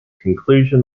conclusion